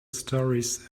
stories